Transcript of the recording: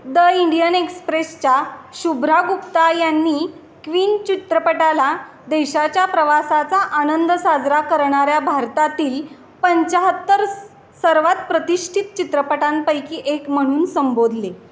the Indian एक्सप्रेसच्या शुभ्रा गुप्ता यांनी Queen चित्रपटाला देशाच्या प्रवासाचा आनंद साजरा करणाऱ्या भारतातील पंचाहत्तर सर्वात प्रतिष्ठित चित्रपटांपैकी एक म्हणून संबोधले